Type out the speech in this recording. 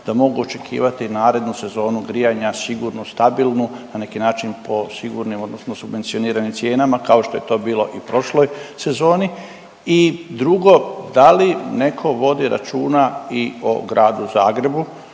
da mogu očekivati narednu sezonu grijanja sigurnu, stabilnu na neki način po sigurnim odnosno subvencioniranim cijenama kao što je to bilo i u prošloj sezoni? I drugo, da li neko vodi računa i o gradu Zagrebu